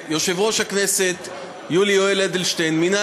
יושב-ראש הכנסת יולי יואל אדלשטיין מינה